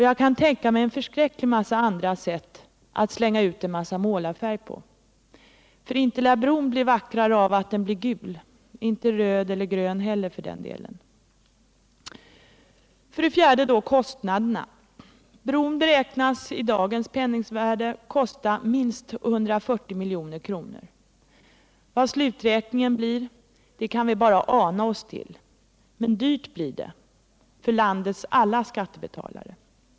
Jag kan tänka mig andra sätt att slänga ut en mängd målarfärg på — för inte blir bron vackrare därför att den blir målad gul — och inte röd, grön, svart eller blå heller för den delen. För det fjärde: kostnaderna. Bron beräknas i dagens penningvärde kosta minst 140 milj.kr. Vad sluträkningen blir kan vi bara ana oss till, men dyrt blir det för landets alla skattebetalare.